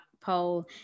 poll